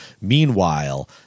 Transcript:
Meanwhile